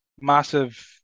Massive